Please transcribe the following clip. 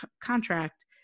contract